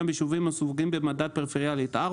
ביישובים המסווגים במדד הפריפריאליות 4,